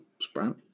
Sprout